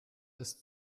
ist